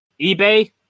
eBay